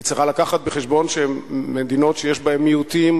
היא צריכה לקחת בחשבון שמדינות שיש בהן מיעוטים,